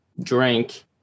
drink